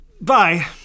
Bye